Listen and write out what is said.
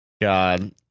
God